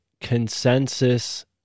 consensus